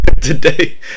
today